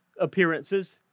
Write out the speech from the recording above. appearances